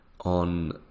on